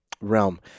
realm